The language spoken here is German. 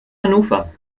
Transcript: hannover